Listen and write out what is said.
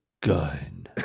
gun